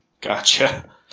Gotcha